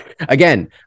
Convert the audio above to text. again